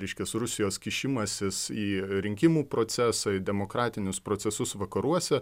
reiškia su rusijos kišimasis į rinkimų procesai demokratinius procesus vakaruose